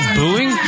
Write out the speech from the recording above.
booing